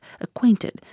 acquainted